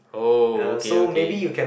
uh okay okay